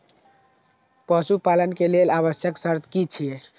पशु पालन के लेल आवश्यक शर्त की की छै?